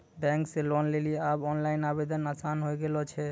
bank से loan लेली आब ओनलाइन आवेदन आसान होय गेलो छै